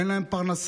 אין להם פרנסה,